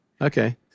Okay